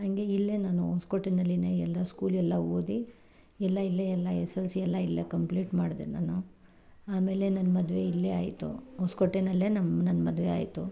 ಹಂಗೆ ಇಲ್ಲೇ ನಾನು ಹೊಸ್ಕೋಟೆಯಲ್ಲಿಯೇ ಎಲ್ಲ ಸ್ಕೂಲ್ ಎಲ್ಲ ಓದಿ ಎಲ್ಲ ಇಲ್ಲೇ ಎಲ್ಲ ಎಸ್ ಎಲ್ ಸಿ ಎಲ್ಲ ಇಲ್ಲೇ ಕಂಪ್ಲೀಟ್ ಮಾಡ್ದೆ ನಾನು ಆಮೇಲೆ ನನ್ನ ಮದುವೆ ಇಲ್ಲೇ ಆಯ್ತು ಹೊಸ್ಕೋಟೆಯಲ್ಲೇ ನಮ್ಮ ನನ್ನ ಮದುವೆ ಆಯ್ತು